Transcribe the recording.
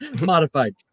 modified